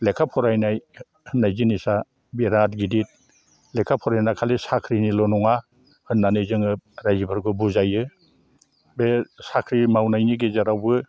लेखा फरायनाय होननाय जिनिसआ बिराथ गिदिर लेखा फरायनाया खालि साख्रिनिल' नङा होननानै जोङो रायजोफोरखौ बुजायो बे साख्रि मावनायनि गेजेरावबो